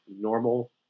normal